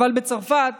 אבל בצרפת